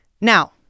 Now